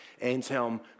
Anselm